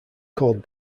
called